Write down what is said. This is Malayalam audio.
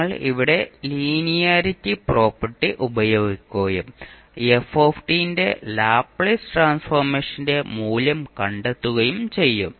നിങ്ങൾ ഇവിടെ ലീനിയറിറ്റി പ്രോപ്പർട്ടി ഉപയോഗിക്കുകയും f ന്റെ ലാപ്ലേസ് ട്രാൻസ്ഫോർമേഷന്റെ മൂല്യം കണ്ടെത്തുകയും ചെയ്യും